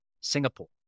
Singapore